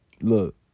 Look